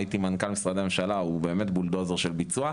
הייתי מנכ"ל של משרדי ממשלה והוא באמת בולדוזר של ביצוע,